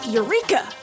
Eureka